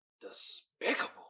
Despicable